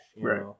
right